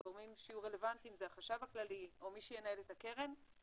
הגורמים שיהיו רלוונטיים זה החשב הכללי או מי שינהל את הקרן,